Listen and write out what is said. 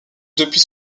depuis